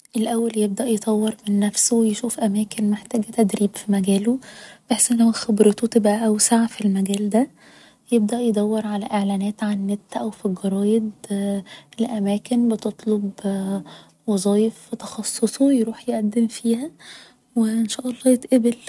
الأول يبدأ يطور من نفسه و يشوف أماكن محتاجة تدريب في مجاله بحيث انه هو خبرته تبقى أوسع في المجال ده يبدأ يدور على إعلانات على النت او في الجرايد لأماكن بتطلب وظايف في تخصصه يروح يقدم فيها و ان شاء الله يتقبل